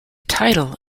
title